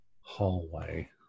hallway